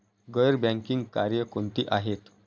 गैर बँकिंग कार्य कोणती आहेत?